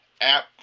app